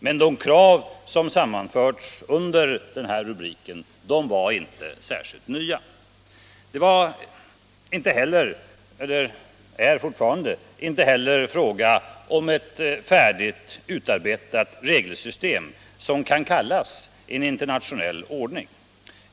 Men de krav som sammanförts under denna rubrik var inte nya. Det är inte heller fråga om ett färdigt, utarbetat regelsystem som kan kallas en internationell ordning.